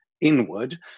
inward